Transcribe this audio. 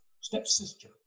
stepsister